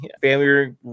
family